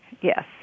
Yes